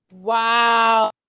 Wow